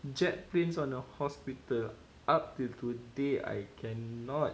jet planes on a hospital up till today I cannot